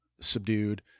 subdued